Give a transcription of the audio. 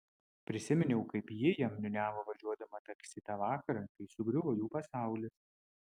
prisiminiau kaip ji jam niūniavo važiuodama taksi tą vakarą kai sugriuvo jų pasaulis